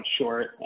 short